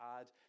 add